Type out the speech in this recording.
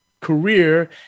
career